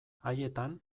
haietan